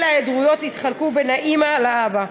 אלא ההיעדרויות יתחלקו בין האימא לאבא.